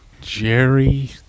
Jerry